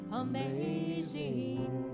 amazing